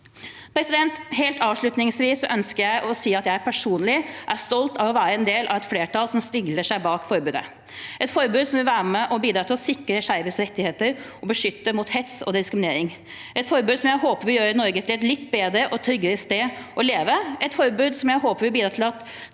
Helt avslutningsvis ønsker jeg å si at jeg personlig er stolt av å være en del av et flertall som stiller seg bak forbudet, et forbud som vil være med og bidra til å sikre skeives rettigheter og beskytte mot hets og diskriminering – et forbud som jeg håper vil gjøre Norge til et litt bedre og tryggere sted å leve, et forbud som jeg håper vil bidra til at